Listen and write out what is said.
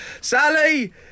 Sally